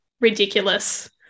ridiculous